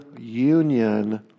Union